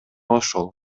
ошол